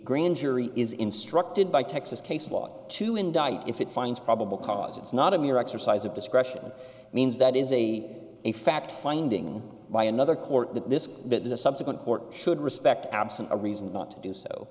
grand jury is instructed by texas case law to indict if it finds probable cause it's not a mere exercise of discretion it means that is a a fact finding by another court that this that the subsequent court should respect absent a reason not to do so